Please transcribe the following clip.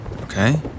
Okay